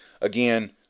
Again